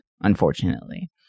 unfortunately